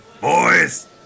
Boys